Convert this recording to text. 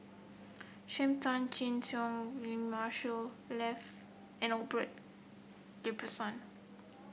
Sam Tan Chin Siong Marshall Ibbetson